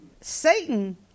Satan